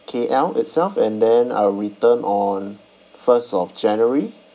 K_L itself and then I'll return on first of january